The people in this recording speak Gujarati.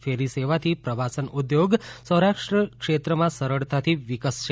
ફેરી સેવાથી પ્રવાસન ઉદ્યોગ સૌરાષ્ટ્ર ક્ષેત્રમાં સરળતાથી વિકસશે